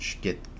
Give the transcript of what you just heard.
get